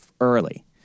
early